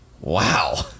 Wow